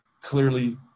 clearly